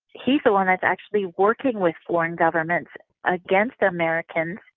he's the one that's actually working with foreign governments against the americans,